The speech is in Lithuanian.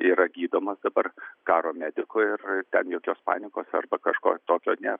yra gydomas dabar karo medikų ir ten jokios panikos arba kažko tokio nėr